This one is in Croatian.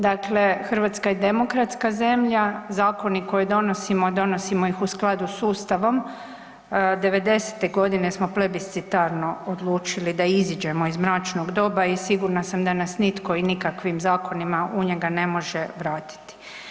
Dakle, Hrvatska je demokratska zemlja, zakoni koje donosimo, a donosimo ih u skladu s Ustavom, '90.-te godine smo plebiscitarno odlučili da iziđemo iz mračnog doba i sigurna sam da nas nitko i nikakvim zakonima u njega ne može vratiti.